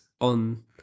on